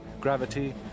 gravity